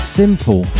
simple